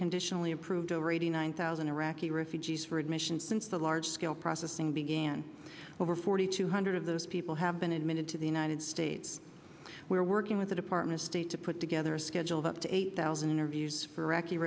conditionally approved over eighty nine thousand iraqi refugees for admission since the large scale processing began over forty two hundred of those people have been admitted to the united states where working with the department state to put together a schedule of up to eight thousand interviews for iraqi